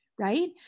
right